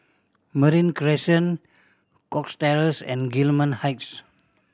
Marine Crescent Cox Terrace and Gillman Heights